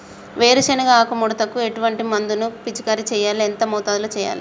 వేరుశెనగ ఆకు ముడతకు ఎటువంటి మందును పిచికారీ చెయ్యాలి? ఎంత మోతాదులో చెయ్యాలి?